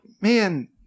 man